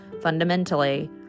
fundamentally